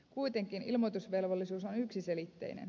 kuitenkin ilmoitusvelvollisuus on yksiselitteinen